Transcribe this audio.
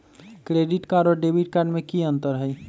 Credit card और debit card में की अंतर हई?